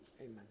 amen